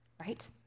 right